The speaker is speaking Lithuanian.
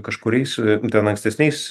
kažkuriais ten ankstesniais